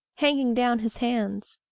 hanging down his hands!